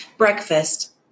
Breakfast